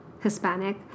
Hispanic